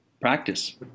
Practice